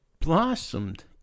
blossomed